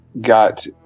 got